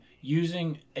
using